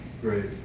great